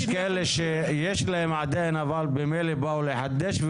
יש כאלה שיש להם עדיין אבל באו לחדש.